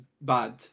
bad